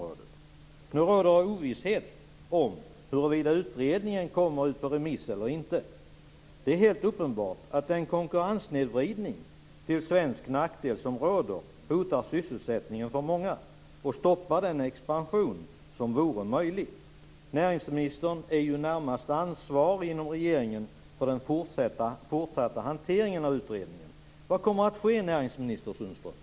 Nu råder ovisshet om huruvida utredningen skall gå ut på remiss eller inte. Det är helt uppenbart att den till svensk nackdel rådande konkurrenssnedvridningen hotar sysselsättningen för många och stoppar den expansion som vore möjlig. Näringsministern är närmast ansvarig inom regeringen för den fortsatta hanteringen av utredningen. Vad kommer att ske, näringsminister Sundström?